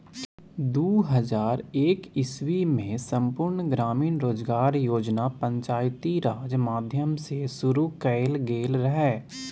दु हजार एक इस्बीमे संपुर्ण ग्रामीण रोजगार योजना पंचायती राज माध्यमसँ शुरु कएल गेल रहय